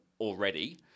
already